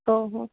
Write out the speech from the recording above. हो हो